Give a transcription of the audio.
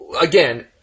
again